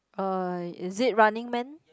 uh is it Running Man